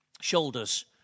shoulders